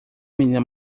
menina